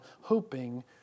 hoping